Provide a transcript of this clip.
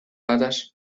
patas